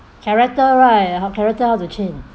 character right how character how to change